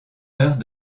meurt